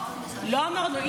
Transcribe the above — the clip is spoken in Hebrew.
לא אמרנו,